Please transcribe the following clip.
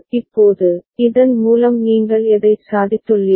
இப்போது இதன் மூலம் நீங்கள் எதைச் சாதித்துள்ளீர்கள்